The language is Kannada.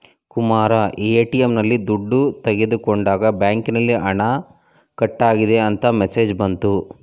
ಕುಮಾರ ಎ.ಟಿ.ಎಂ ನಲ್ಲಿ ದುಡ್ಡು ತಗೊಂಡಾಗ ಬ್ಯಾಂಕಿನಲ್ಲಿ ಹಣ ಕಟ್ಟಾಗಿದೆ ಅಂತ ಮೆಸೇಜ್ ಬಂತು